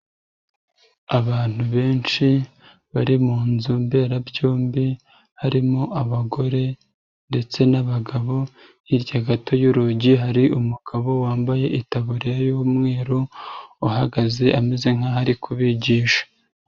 Abantu benshi bari mu nzu mberabyombi harimo abagore ndetse n'abagabo, hirya gato y'urugi hari umugabo wambaye itaburiya y'umweru, uhagaze ameze nkaho ari kubigisha.